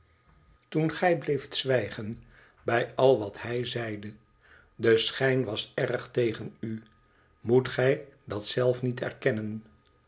gij bleeft zwijgen bij al wat hij zeide de schijn was erg tegen u moet gij dat zelf niet erkennen